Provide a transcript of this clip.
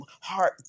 heart